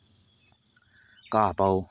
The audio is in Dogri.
घा पाओ